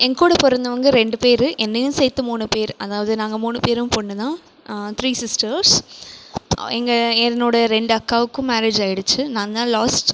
என் கூட பிறந்தவங்க ரெண்டு பேர் என்னையும் சேர்த்து மூணு பேர் அதாவது நாங்கள் மூணு பேரும் பொண்ணுதான் த்ரீ சிஸ்டர்ஸ் எங்கள் என்னோட ரெண்டு அக்காவுக்கும் மேரேஜாகிடுச்சு நான்தான் லாஸ்ட்